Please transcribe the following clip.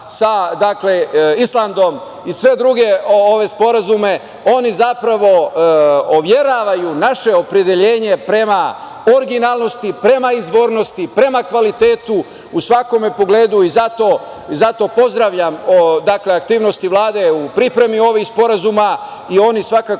sa Islandom i sve druge ove sporazume, oni zapravo overavaju naše opredeljenje prema originalnosti, prema izvornosti, prema kvalitetu u svakom pogledu i zato pozdravljam aktivnosti Vlade u pripremi ovih sporazuma i oni svakako